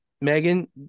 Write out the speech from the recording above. Megan